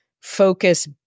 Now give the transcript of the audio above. focus